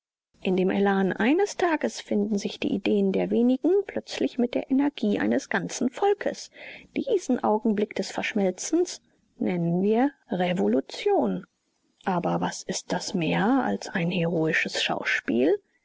in dem elan eines tages finden sich die ideen der wenigen plötzlich mit der energie eines ganzen volkes diesen augenblick des verschmelzens nennen wir revolution aber was ist das mehr als ein heroisches schauspiel